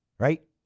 Right